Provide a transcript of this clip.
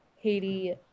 haiti